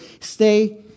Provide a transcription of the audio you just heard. stay